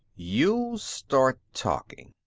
you'll start talking.